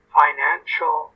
financial